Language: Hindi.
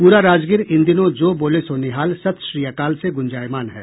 पूरा राजगीर इन दिनों जो बोले सो निहाल सत श्री अकाल से गुंजायमान है